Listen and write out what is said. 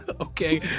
Okay